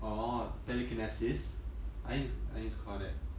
orh telekinesis I think I think it's call that